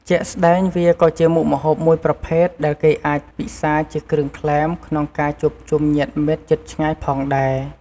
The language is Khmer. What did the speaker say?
ជាក់ស្ដែង វាក៏ជាមុខម្ហូបមួយប្រភេទដែលគេអាចពិសាជាគ្រឿងក្លែមក្នុងការជួបជុំញាតិមិត្តជិតឆ្ងាយផងដែរ។